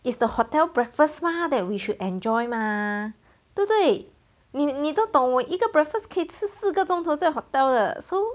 it's the hotel breakfast mah that we should enjoy mah 对不对你你都懂我一个 breakfast 可以吃四个钟头在 hotel 的 so